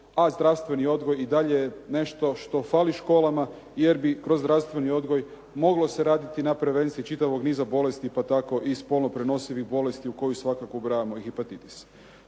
a zdravstveni odgoj i dalje je nešto što fali školama jer bi kroz zdravstveni odgoj moglo se raditi na prevenciji čitavog niza bolesti, pa tako i spolno prenosivih bolesti u koju svakako ubrajamo i hepatitis.